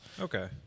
Okay